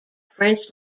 french